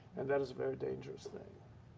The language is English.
and that is a very dangerous thing.